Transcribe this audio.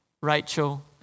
Rachel